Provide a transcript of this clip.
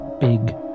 big